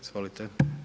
Izvolite.